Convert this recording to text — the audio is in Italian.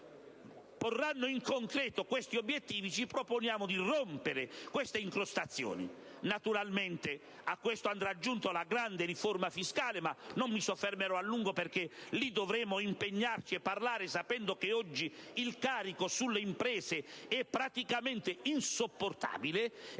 porranno in concreto questi obiettivi e con le quali ci proponiamo di rompere le incrostazioni. Naturalmente, a questo andrà aggiunta la grande riforma fiscale, ma non mi ci soffermerò a lungo, perché in quel caso dovremo impegnarci e parlare sapendo che oggi il carico sulle imprese è praticamente insopportabile